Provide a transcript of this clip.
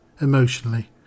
emotionally